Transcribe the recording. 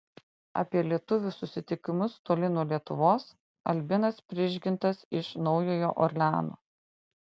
apie lietuvių susitikimus toli nuo lietuvos albinas prižgintas iš naujojo orleano